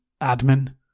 admin